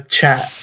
chat